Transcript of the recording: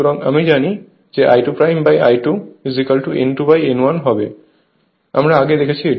সুতরাং আমরা জানি যে I2 I2 N2N1 আগে আমরা এটি দেখেছি